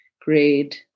grade